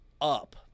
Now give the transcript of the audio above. up